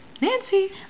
nancy